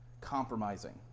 compromising